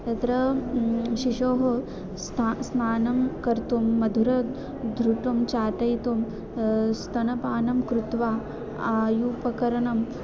तत्र शिशोः स्ता स्नानं कर्तुं मधुर घृतं चाटयितुं स्तनपानं कृत्वा आयुपकरणम्